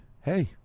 hey